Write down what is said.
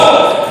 לא.